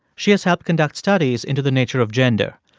she has helped conduct studies into the nature of gender.